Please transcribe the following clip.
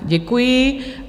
Děkuji.